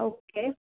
okay